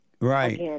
Right